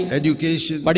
education